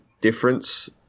difference